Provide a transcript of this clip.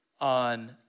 on